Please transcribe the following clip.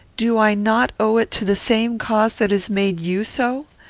do i not owe it to the same cause that has made you so?